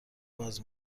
باز